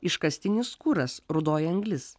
iškastinis kuras rudoji anglis